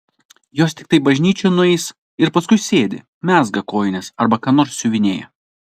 jos tiktai bažnyčion nueis ir paskui sėdi mezga kojines arba ką nors siuvinėja